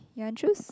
you want choose